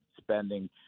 spending